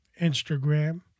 Instagram